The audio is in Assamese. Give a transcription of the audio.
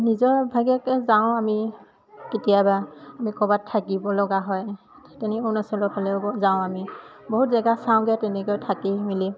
নিজৰভাগেকে যাওঁ আমি কেতিয়াবা আমি ক'বাত থাকিব লগা হয় তেনে অৰুণাচলৰ ফাললেও যাওঁ আমি বহুত জেগা চাওঁগে তেনেকেও থাকি মেলি